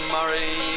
Murray